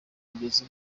kugeza